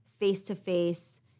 face-to-face